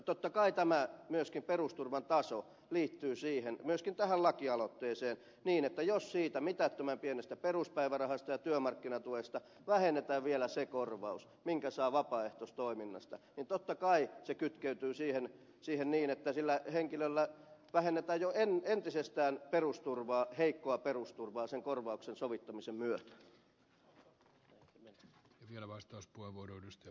totta kai myöskin perusturvan taso liittyy siihen ja kytkeytyy myöskin tähän lakialoitteeseen niin että jos siitä mitättömän pienestä peruspäivärahasta ja työmarkkinatuesta vähennetään vielä se korvaus minkä saa vapaaehtoistoiminnasta niin totta kai se kytkeytyy siihen siihen että siltä henkilöltä vähennetään jo entisestään heikkoa perusturvaa sen korvauksen sovittamisen myötä